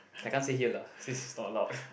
I can't say here lah since it's not allowed